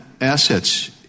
assets